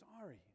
sorry